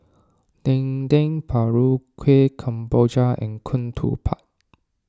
Dendeng Paru Kueh Kemboja and Ketupat